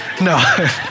No